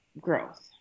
growth